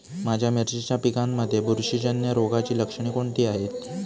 माझ्या मिरचीच्या पिकांमध्ये बुरशीजन्य रोगाची लक्षणे कोणती आहेत?